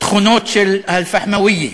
תכונות של ה"אלפחמאוויה".